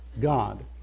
God